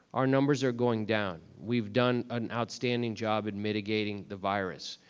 our numbers are going down, we've done an outstanding job at mitigating the virus.